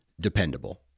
dependable